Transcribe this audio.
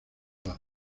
edad